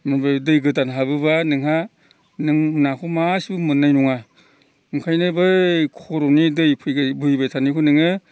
ओमफ्राय दै गोदान हाबोब्ला नोंहा नों नाखौ मासेबो मोननाय नङा ओंखायनो बै खर'नि दै बोहैबाय थानायखौ नोङो